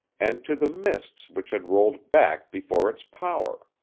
and to the mists which had rolled back before its power.